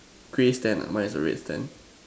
grey stand ah mine is a red stand